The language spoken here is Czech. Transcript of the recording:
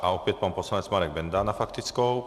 A opět pan poslanec Marek Benda s faktickou.